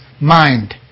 mind